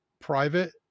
private